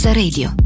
radio